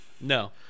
No